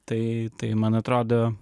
tai tai man atrodo